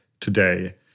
today